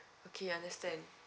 okay understand